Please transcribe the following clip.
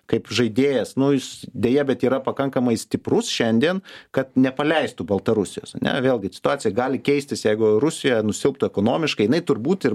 kaip žaidėjas nu jis deja bet yra pakankamai stiprus šiandien kad nepaleistų baltarusijos ane vėlgi situacija gali keistis jeigu rusiją nusiaubtų ekonomiškai jinai turbūt ir